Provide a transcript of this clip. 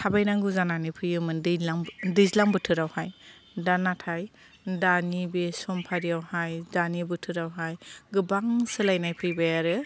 थाबायनांगौ जानानै फैयोमोन दैज्लां दैज्लां बोथोरावहाय दा नाथाय दानि बे समफारियावहाय दानि बोथोरावहाय गोबां सोलायनाय फैबाय आरो